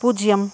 பூஜ்ஜியம்